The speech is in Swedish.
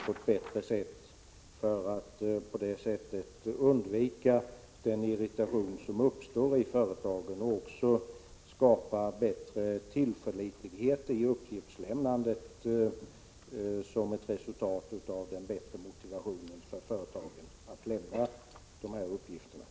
På så vis kan man undvika den irritation som uppstår i företagen. Som ett resultat av företagens större motivation för att lämna uppgifterna skapas också bättre tillförlitlighet i uppgiftslämnandet.